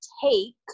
take